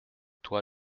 toi